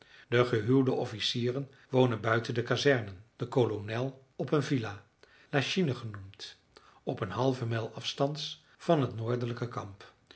de gehuwde officieren wonen buiten de kazerne de kolonel op een villa lachine genoemd op een halve mijl afstands van het noordelijke kamp